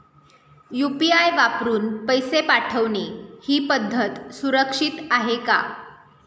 UPI वापरून पैसे पाठवणे ही पद्धत सुरक्षित आहे का?